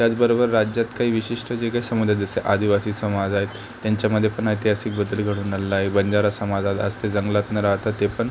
त्याचबरोबर राज्यात काही विशिष्ट जे काही समुदाय जसं आदिवासी समाज आहेत त्यांच्यामध्ये पण ऐतिहासिक बदल घडून आलेला आहे बंजारा समाजात आज ते जंगलात न राहता ते पण